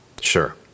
Sure